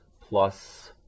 plus